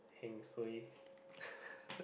heng suay